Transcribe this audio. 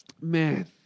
Man